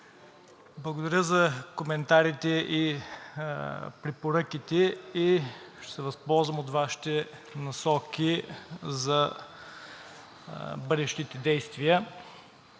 благодаря за коментарите и препоръките и ще се възползвам от Вашите насоки за бъдещите действия.